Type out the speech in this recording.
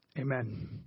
Amen